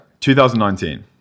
2019